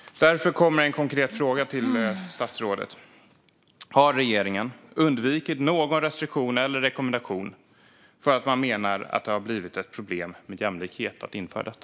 Därför kommer en konkret fråga till statsrådet: Har regeringen undvikit någon restriktion eller rekommendation för att man menar att det hade blivit ett jämlikhetsproblem att införa detta?